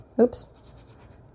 Oops